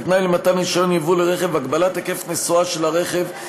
כתנאי למתן רישיון יבוא לרכב הגבלת היקף הנסועה של הרכב,